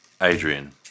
Adrian